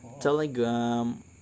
telegram